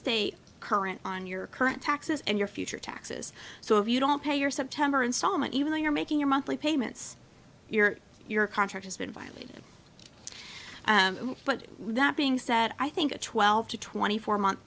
stay current on your current taxes and your future taxes so if you don't pay your september installment even though you're making your monthly payments you're your contract has been violated but that being said i think a twelve to twenty four month